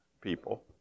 people